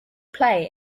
play